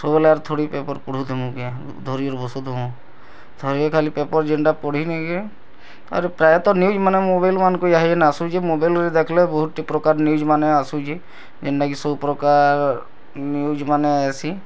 ସବୁବେଲେ ଆର୍ ଥୋଡ଼ି ପେପର୍ ପଢ଼ୁଥି ମୁଁ କେ ଧରିକିରି ବସୁଥି ଥରେ ଖାଲି ପେପର୍ ଯେନ୍ଟା ପଢ଼ି ନେଇକେ ଆର୍ ପ୍ରାୟତଃ ନ୍ୟୁଜ୍ ମାନେ ମୋବାଇଲ୍ ମାନଙ୍କୁ ଯାହା ଯେନ୍ ଆସୁଛି ମୋବାଇଲ୍ରେ ଦେଖଲେ ବହୁତ୍ ଟି ପ୍ରକାର୍ ନ୍ୟୁଜ୍ ମାନେ ଆସୁଛି ଯେନ୍ଟାକି ସବୁ ପ୍ରକାର୍ ନ୍ୟୁଜ୍ ମାନେ ହେସି